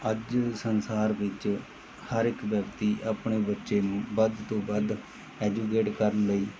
ਅੱਜ ਸੰਸਾਰ ਵਿੱਚ ਹਰ ਇੱਕ ਵਿਅਕਤੀ ਆਪਣੇ ਬੱਚੇ ਨੂੰ ਵੱਧ ਤੋਂ ਵੱਧ ਐਜੂਕੇਟ ਕਰਨ ਲਈ